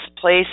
place